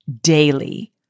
daily